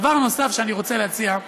דבר נוסף שאני רוצה להציע,